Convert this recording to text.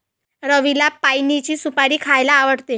रवीला पाइनची सुपारी खायला आवडते